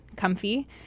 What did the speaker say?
comfy